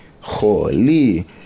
holy